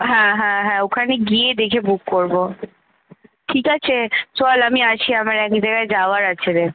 হ্যাঁ হ্যাঁ হ্যাঁ ওখানে গিয়ে দেখে বুক করবো ঠিক আছে চল আমি আসি আমার এক জায়গায় যাওয়ার আছে রে